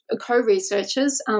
co-researchers